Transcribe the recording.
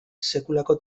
sekulako